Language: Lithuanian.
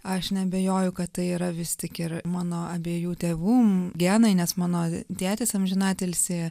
aš neabejoju kad tai yra vis tik ir mano abiejų tėvų genai nes mano tėtis amžinatilsį